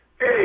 Hey